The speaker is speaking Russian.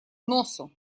носу